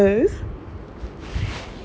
it's just three dollars eh from bali